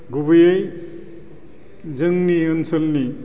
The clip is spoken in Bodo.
गुबैयै जोंनि ओनसोलनि